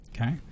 Okay